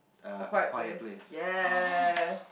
a quiet pace yes